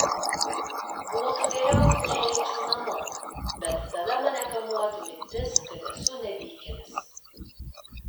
būtų geriau jei eičiau namo bet tada mane kamuotų mintis kad esu nevykėlis